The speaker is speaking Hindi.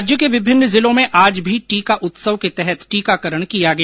राज्य के विभिन्न जिलों में आज भी टीका उत्सव के तहत टीकाकरण किया गया